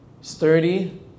sturdy